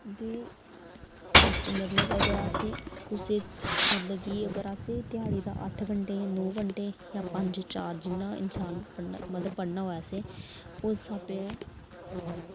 ते मतलब कि अगर असें कुसै मतलब कि अगर असें ध्याड़ी दा अट्ठ घैंटे जां नौ घैंटे जां पंज चार जिन्ना इन्सान पढ़ना मतलब पढ़ना होऐ असें उस स्हाबै